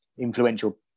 influential